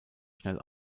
schnell